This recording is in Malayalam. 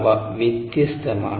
അവ വ്യത്യസ്തമാണ്